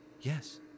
Yes